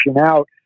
out